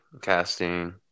Casting